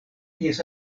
ties